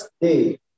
day